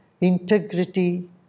integrity